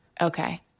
Okay